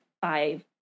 five